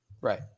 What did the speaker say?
Right